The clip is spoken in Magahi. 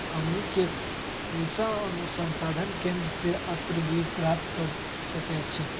हमनी के पूसा अनुसंधान केंद्र से उन्नत बीज प्राप्त कर सकैछे?